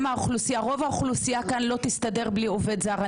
רוב האוכלוסייה כאן לא תסתדר בלי עובד זר.